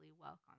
welcome